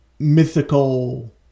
Mythical